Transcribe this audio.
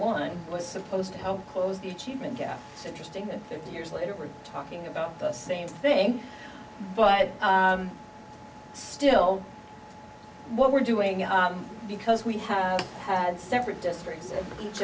one was supposed to help close the achievement gap so interesting that fifty years later we're talking about the same thing but still what we're doing out because we have had separate district